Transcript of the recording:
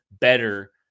better